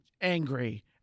angry